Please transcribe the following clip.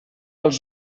els